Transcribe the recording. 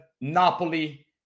Napoli